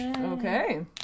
Okay